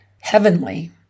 heavenly